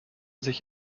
sich